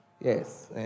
Yes